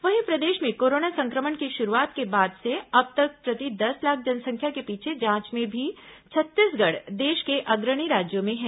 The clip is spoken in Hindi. वहीं प्रदेश में कोरोना संक्रमण की शुरूआत के बाद से अब तक प्रति दस लाख जनसंख्या के पीछे जांच में भी छत्तीसगढ़ देश के अग्रणी राज्यों में है